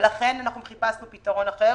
לכן חיפשנו פתרון אחר